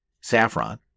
Saffron